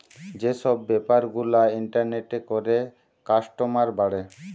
যে সব বেপার গুলা ইন্টারনেটে করে কাস্টমার বাড়ে